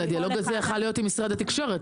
אבל הדיאלוג הזה יכול להיות עם משרד התקשורת,